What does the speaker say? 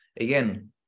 Again